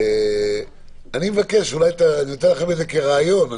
אני נותן לכם את זה כרעיון.